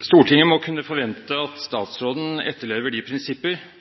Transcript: Stortinget må kunne forvente at statsråden etterlever de prinsipper som statsråden selv har presentert for Stortinget